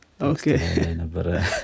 Okay